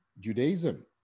Judaism